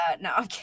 No